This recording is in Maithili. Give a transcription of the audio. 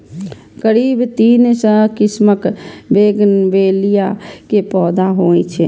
करीब तीन सय किस्मक बोगनवेलिया के पौधा होइ छै